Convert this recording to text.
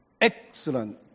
Excellent